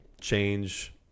change